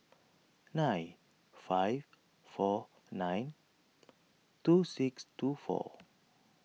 nine five four nine two six two four